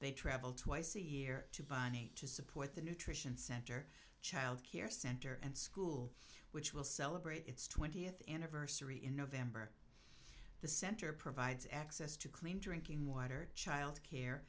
they travel twice a year to bonnie to support the nutrition center childcare center and school which will celebrate its twentieth anniversary in november the center provides access to clean drinking water child care